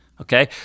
Okay